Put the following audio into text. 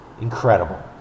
incredible